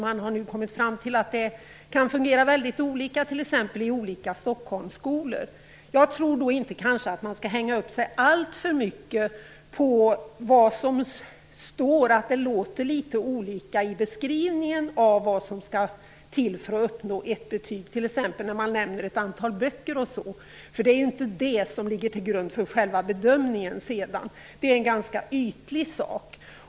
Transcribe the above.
Man har nu kommit fram till att det kan fungera väldigt olika, t.ex. i olika Stockholmsskolor. Jag tror kanske inte att man skall hänga upp sig allt för mycket på att det står litet olika saker i beskrivningarna av vad som skall till för att uppnå ett betyg, t.ex. att ett antal böcker nämns. Det är ju inte det som ligger till grund för själva bedömningen sedan, utan det är en ganska ytlig sak.